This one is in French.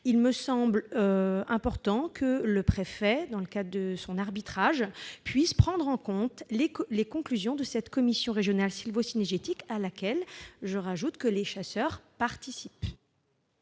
il semble important que le préfet, dans le cadre de son arbitrage, puisse prendre en compte les conclusions de la commission régionale sylvo-cynégétique à laquelle, je le rappelle, les chasseurs participent.